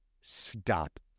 stop